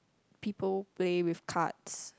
people play with cards